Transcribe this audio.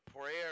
prayer